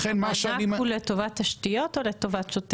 המענק הוא לטובת תשתיות או לטובת שוטף?